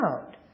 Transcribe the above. out